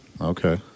okay